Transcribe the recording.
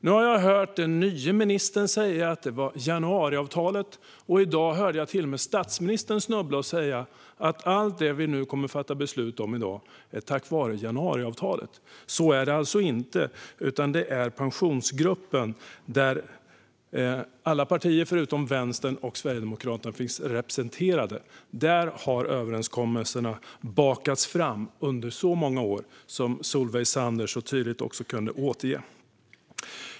Nu har jag hört den nya ministern säga att det handlar om januariavtalet, och tidigare hörde jag till och med statsministern snubbla och säga att allt det vi nu kommer att fatta beslut om i dag är tack vare januariavtalet. Så är det alltså inte, utan det är i Pensionsgruppen, där alla partier utom Vänsterpartiet och Sverigedemokraterna finns representerade, som överenskommelserna har bakats fram under så många år, vilket Solveig Zander tydligt kunde återge.